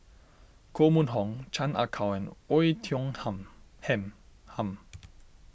Koh Mun Hong Chan Ah Kow and Oei Tiong Ham Hen Ham